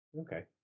Okay